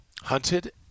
Hunted